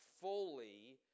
fully